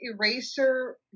eraser